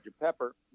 Pepper